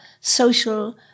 social